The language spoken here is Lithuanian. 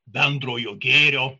bendrojo gėrio